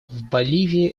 боливии